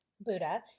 Buddha